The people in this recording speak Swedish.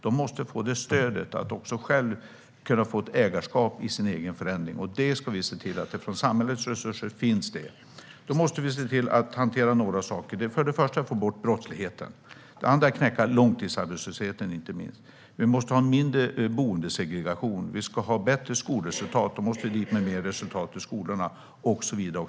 De måste få stöd att också själva få ett ägarskap i sin egen förändring. Vi ska se till att det med samhällets resurser finns det. Det är några saker vi måste se till att hantera. För det första måste vi få bort brottsligheten. För det andra måste vi knäcka långtidsarbetslösheten. Vi måste ha mindre boendesegregation. Vi ska ha bättre skolresultat, och då måste vi dit med mer resurser i skolorna och så vidare.